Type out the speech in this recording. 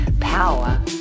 power